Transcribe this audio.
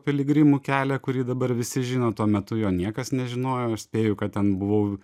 piligrimų kelią kurį dabar visi žino tuo metu jo niekas nežinojo aš spėju kad ten buvau